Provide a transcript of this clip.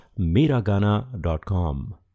Miragana.com